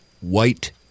white